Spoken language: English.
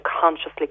consciously